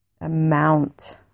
amount